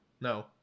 no